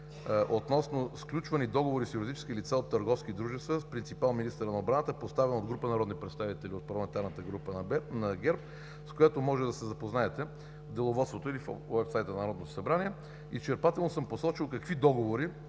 относно сключвани договори с юридически лица от търговски дружества с принципал министъра на отбраната, поставен от група народни представители от парламентарната група на ГЕРБ, с който може да се запознаете в Деловодството или от сайта на Народното събрание, изчерпателно съм посочил какви договори,